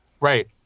Right